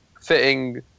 fitting